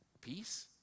peace